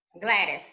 Gladys